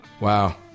wow